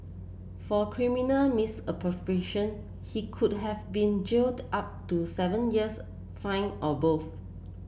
for criminal misappropriation he could have been jailed up to seven years fined or both